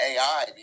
AI